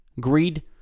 greed